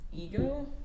ego